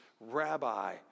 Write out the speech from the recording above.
rabbi